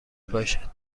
پاشد